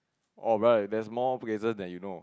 oh right there's more places than you know